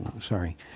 Sorry